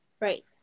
right